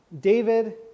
david